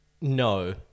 No